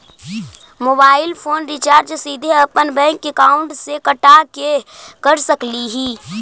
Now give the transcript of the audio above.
Mobile phone recharge सीधे अपन bank account से कटा के कर सकली ही?